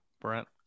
brent